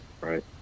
Right